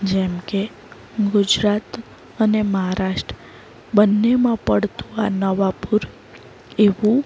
જેમકે ગુજરાત અને મહારાષ્ટ્ર બન્નેમાં પડતું આ નવાપુર એવું